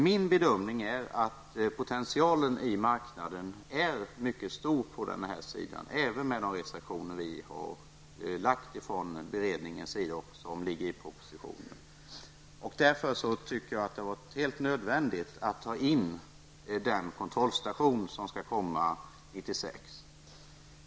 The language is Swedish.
Min bedömning är att potentialen i marknaden är mycket stor, även med de reservationer vi lagt fram från beredningens sida och som ligger i propositionen. Därför tycker jag det har varit helt nödvändigt att ta in den kontrollstation som skall komma 1996.